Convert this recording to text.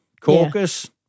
caucus